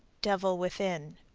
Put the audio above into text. devil within.